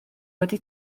wedi